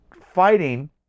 fighting